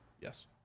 Yes